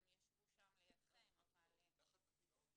הם ישבו שם לידכם אבל --- משרד החינוך,